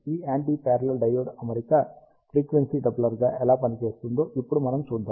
ఈ anti parallel diode అమరిక frequency doubler గా ఎలా పనిచేస్తుందో ఇప్పుడు మనం చూద్దాం